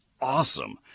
awesome